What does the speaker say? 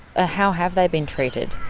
ah how have they been treated?